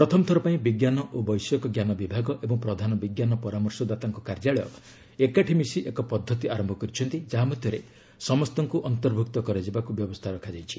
ପ୍ରଥମଥର ପାଇଁ ବିଜ୍ଞାନ ଓ ବୈଷୟିକଜ୍ଞାନ ବିଭାଗ ଏବଂ ପ୍ରଧାନ ବିଜ୍ଞାନ ପରାମର୍ଶଦାତାଙ୍କ କାର୍ଯ୍ୟାଳୟ ଏକାଠି ମିଶି ଏକ ପଦ୍ଧତି ଆରମ୍ଭ କରିଛନ୍ତି ଯାହା ମଧ୍ୟରେ ସମସ୍ତଙ୍କୁ ଅନ୍ତର୍ଭୁକ୍ତ କରାଯିବାକୁ ବ୍ୟବସ୍ଥା ରଖାଯାଇଛି